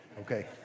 Okay